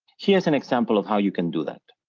here's an example of how you can do that.